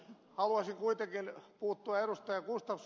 haluaisin kuitenkin puuttua ed